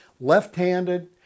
left-handed